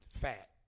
fat